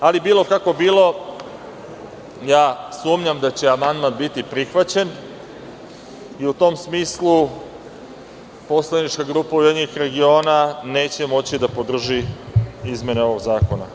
Ali, bilo kako bilo, ja sumnjam da će amandman biti prihvaćen i u tom smislu poslanička grupa URS neće moći da podrži izmene ovog zakona.